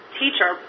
teacher